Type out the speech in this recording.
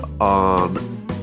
on